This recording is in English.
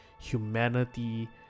humanity